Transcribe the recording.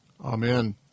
Amen